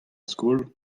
skol